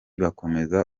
bakomeza